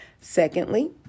Secondly